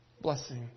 blessing